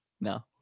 no